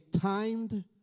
timed